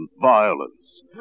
violence